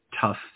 tough